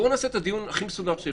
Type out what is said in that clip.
בואו נעשה את הדיון הכי מסודר שאפשר.